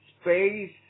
space